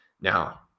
Now